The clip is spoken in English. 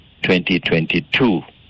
2022